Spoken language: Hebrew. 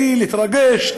בלי להתרגש,